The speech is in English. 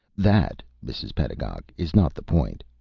that, mrs. pedagog, is not the point.